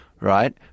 right